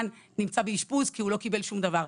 נמצא באשפוז כי הוא לא קיבל שום דבר.